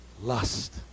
Lust